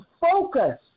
focus